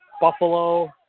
Buffalo